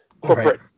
corporate